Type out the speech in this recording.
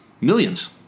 millions